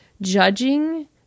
judging